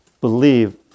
believe